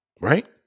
Right